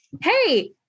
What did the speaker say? Hey